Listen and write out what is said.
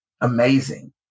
amazing